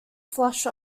flush